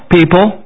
People